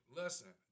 listen